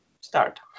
start